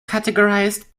categorized